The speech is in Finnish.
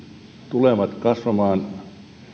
tulevat kasvamaan